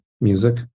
music